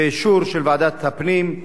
באישור של ועדת הפנים.